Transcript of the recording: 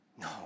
No